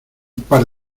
par